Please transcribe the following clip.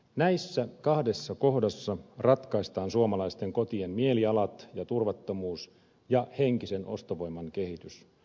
näissä kahdessa kohdassa ratkaistaan suomalaisten kotien mielialat ja turvattomuus ja henkisen ostovoiman kehitys